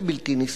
זה בלתי נסבל.